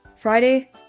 Friday